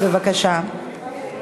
בבקשה.